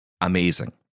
amazing